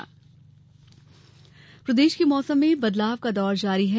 मौसम प्रदेश के मौसम में बदलाव का दौर लगातार जारी है